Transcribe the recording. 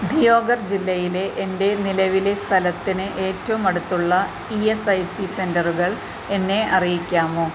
ദിയോഘർ ജില്ലയിലെ എൻ്റെ നിലവിലെ സ്ഥലത്തിന് ഏറ്റവും അടുത്തുള്ള ഇ എസ് ഐ സി സെന്ററുകൾ എന്നെ അറിയിക്കാമോ